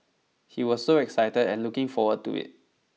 he was so excited and looking forward to it